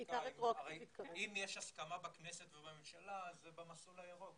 אם יש הסכמה בכנסת ובממשלה - זה במסלול הירוק,